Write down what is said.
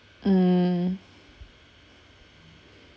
mm